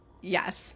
Yes